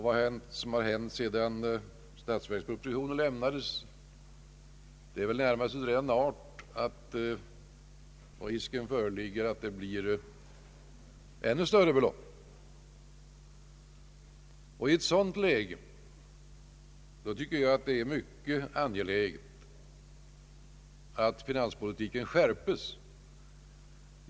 Vad som har hänt sedan statsverkspropositionen avgavs är väl närmast av den arten, att risk föreligger att det blir ett ännu större belopp. I ett sådant läge tycker jag att det är mycket ange läget att finanspolitiken skärpes.